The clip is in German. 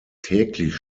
täglich